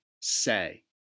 say